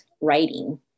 writing